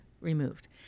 removed